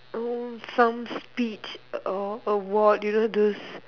hmm some speech award you know those